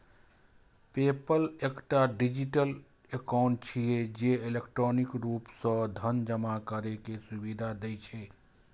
PayPal एकटा digital account छियै, जे इलेक्ट्रॉनिक रूप सं धन जमा करै के सुविधा दै छै